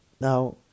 now